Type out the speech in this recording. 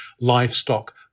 livestock